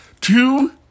Two